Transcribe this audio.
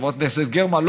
חברת הכנסת גרמן,